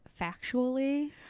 Factually